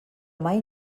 mai